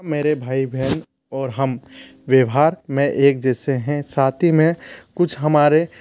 मेरे भाई बहन और हम व्यवहार मे एक जैसे हैं साथ ही में कुछ हमारे